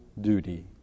duty